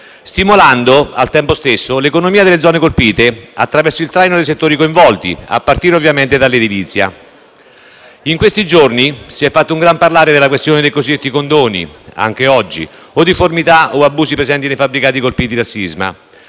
stimolando al tempo stesso l’economia delle zone colpite attraverso il traino dei settori coinvolti, a partire ovviamente dall’edilizia. Negli ultimi giorni - e anche oggi - si è fatto un gran parlare della questione dei cosiddetti condoni, difformità o abusi presenti nei fabbricati colpiti dal sisma.